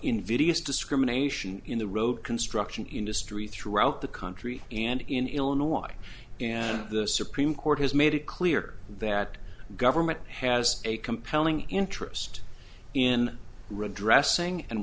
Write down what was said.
invidious discrimination in the road construction industry throughout the country and in illinois and the supreme court has made it clear that government has a compelling interest in red dressing and